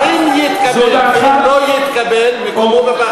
אם יתקבל ואם לא יתקבל, מקומו בפח האשפה.